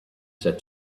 said